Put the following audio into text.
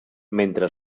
mentre